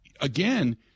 again